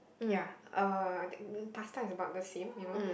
ya uh pasta is about the same you know